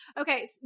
Okay